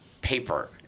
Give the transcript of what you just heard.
paper